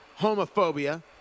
homophobia